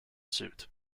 suit